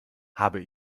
habe